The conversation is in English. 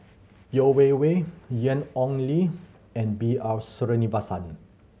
Yeo Wei Wei Ian Ong Li and B R Sreenivasan